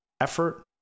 effort